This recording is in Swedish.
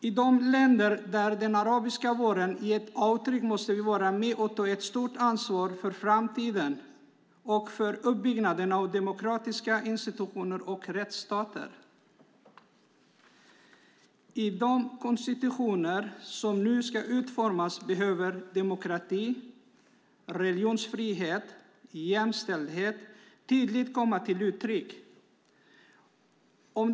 I de länder där den arabiska våren har gett avtryck måste vi vara med och ta ett stort ansvar för framtiden och för uppbyggnaden av demokratiska institutioner och rättsstater. I de konstitutioner som nu ska utformas behöver demokrati, religionsfrihet och jämställdhet tydligt komma till uttryck.